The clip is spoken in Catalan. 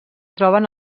troben